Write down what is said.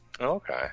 okay